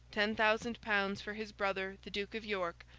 ten thousand pounds for his brother the duke of york,